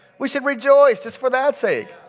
we should rejoice just for that sake.